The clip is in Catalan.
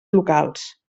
locals